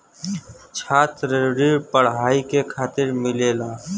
छात्र ऋण पढ़ाई के खातिर मिलेला